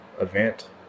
event